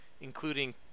including